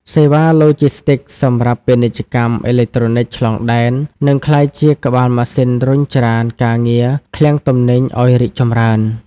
សេវាឡូជីស្ទីកសម្រាប់ពាណិជ្ជកម្មអេឡិចត្រូនិកឆ្លងដែន នឹងក្លាយជាក្បាលម៉ាស៊ីនរុញច្រានការងារឃ្លាំងទំនិញឱ្យរីកចម្រើន។